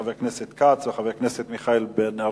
חבר הכנסת כץ וחבר הכנסת מיכאל בן-ארי,